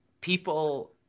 people